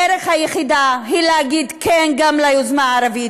הדרך היחידה היא להגיד כן גם ליוזמה הערבית